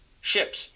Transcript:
ships